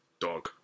dog